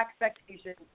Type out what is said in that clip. expectations